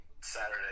Saturday